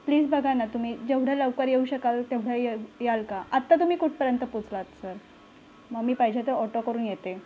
please बघा ना तुम्ही जेवढ्या लवकर येऊ शकाल तेवढं य याल का आत्ता तुम्ही कुठपर्यंत पोचलात सर मग मी पाहिजे तर ऑटो करून येते